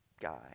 guy